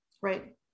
Right